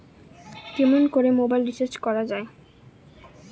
কেমন করে mobile recharge করা য়ায়?